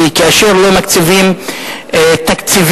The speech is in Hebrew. כי כאשר לא מקציבים תקציבים,